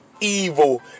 evil